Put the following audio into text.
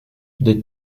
des